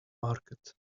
market